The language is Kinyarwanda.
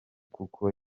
kuko